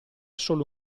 solo